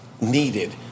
needed